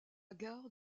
gare